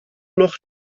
noch